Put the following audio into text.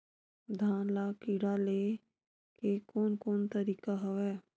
धान ल कीड़ा ले के कोन कोन तरीका हवय?